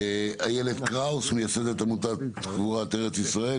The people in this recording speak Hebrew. איילת קראוס מייסדת עמותת קבורת ארץ ישראל,